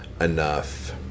enough